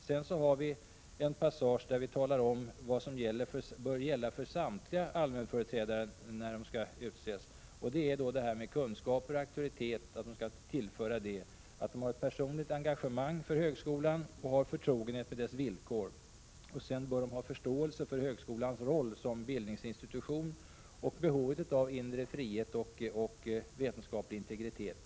Sedan har vi en passage där vi talar om vad som bör gälla för samtliga allmänföreträdare: att de skall tillföra kunskaper och auktoritet, att de skall ha ett personligt engagemang för högskolan och vara förtrogna med dess villkor samt ha förståelse för högskolans roll som bildningsinstitution och behovet av inre frihet och vetenskaplig integritet.